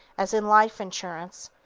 as in life insurance,